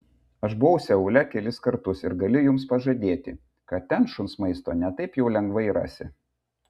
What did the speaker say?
aš buvau seule kelis kartus ir galiu jums pažadėti kad ten šuns maisto ne taip jau lengvai rasi